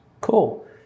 Cool